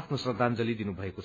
आफ्नो श्रद्धांजली दिनुभएको छ